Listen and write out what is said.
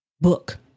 book